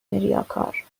ریاکار